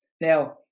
Now